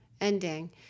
ending